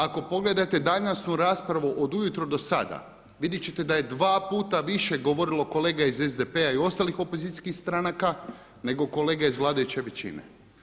Ako pogledate današnju raspravu od ujutro do sada vidjet ćete da je dva puta više govorilo kolega iz SDP-a i ostalih opozicijskih stranaka, nego kolege iz vladajuće većine.